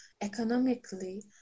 economically